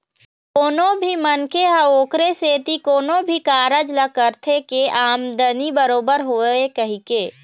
कोनो भी मनखे ह ओखरे सेती कोनो भी कारज ल करथे के आमदानी बरोबर होवय कहिके